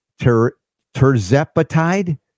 Terzepatide